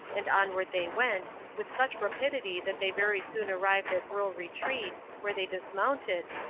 and onward they went, with such rapidity that they very soon arrived at rural retreat, where they dismounted,